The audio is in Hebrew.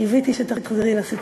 קיוויתי שתחזרי לסיפור.